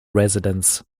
residents